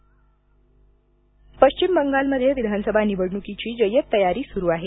पश्चिम बंगाल पश्चिम बंगालमध्ये विधानसभा निवडणुकीची जय्यत तयारी सुरू आहे